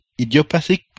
idiopathic